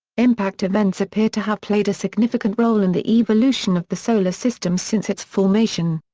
impact events appear to have played a significant role in the evolution of the solar system since its formation.